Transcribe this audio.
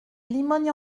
limogne